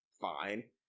fine